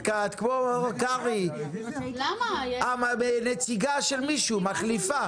את כמו קרעי, את נציגה של מישהו, מחליפה.